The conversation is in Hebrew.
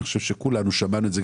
אני חושב שכולנו הבנו את זה.